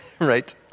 Right